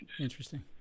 Interesting